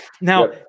now